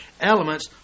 elements